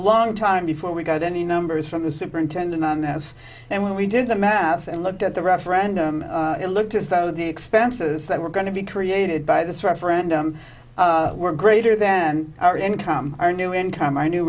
long time before we got any numbers from the superintendent on that as and when we did the math and looked at the referendum it looked as though the expenses that were going to be created by this referendum were greater than our income our new income